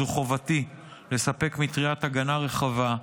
זאת חובתי לספק מטריית הגנה רחבה,